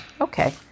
Okay